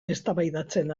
eztabaidatzen